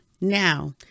Now